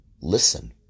listen